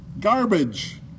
Garbage